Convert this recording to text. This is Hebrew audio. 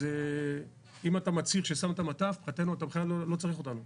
אם אתה מצהיר ששמת מטף אתה בכלל לא צריך אותנו.